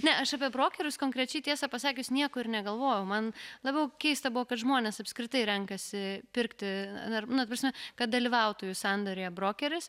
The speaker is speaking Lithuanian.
ne aš apie brokerius konkrečiai tiesą pasakius nieko ir negalvojau man labiau keista buvo kad žmonės apskritai renkasi pirkti na ta prasme kad dalyvautųjų sandoryje brokeris